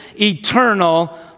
eternal